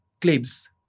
claims